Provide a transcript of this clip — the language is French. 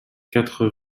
quatre